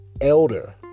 elder